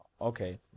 okay